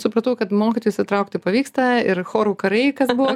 supratau kad mokytojus įtraukti pavyksta ir chorų karai kas buvo